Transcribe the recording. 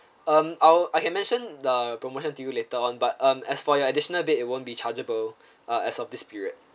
um I'll I had mentioned the promotion to you later on but um as for your additional bed it won't be chargeable uh as of this period